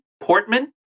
Portman